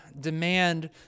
demand